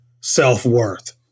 self-worth